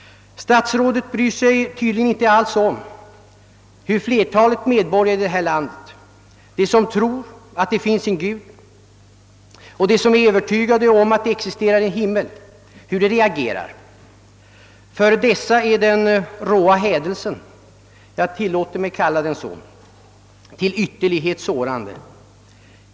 Statsrådet bryr sig tydligen inte alls om hur flertalet medborgare reagerar, de som tror att det finns en Gud och de som är övertygade om att det existerar en himmel. För dessa är den råa hädelsen — jag tillåter mig använda detta uttryck — till ytterlighet sårande.